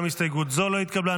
גם הסתייגות זו לא נתקבלה.